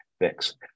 fix